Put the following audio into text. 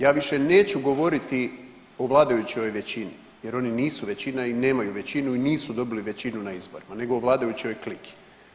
Ja više neću govoriti o vladajućoj većini, jer oni nisu većina i nemaju većinu i nisu dobili većinu na izborima nego o vladajućoj kliki.